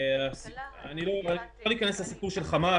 אני לא אכנס לסיפור של "חמת",